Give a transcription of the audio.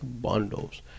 Bundles